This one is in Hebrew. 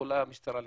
יכולה המשטרה להיכנס,